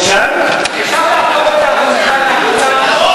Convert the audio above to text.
אפשר להפוך את ההחלטה להחלטה על פיזור הכנסת?